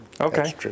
Okay